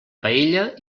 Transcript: paella